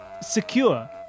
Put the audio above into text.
SECURE